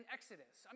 Exodus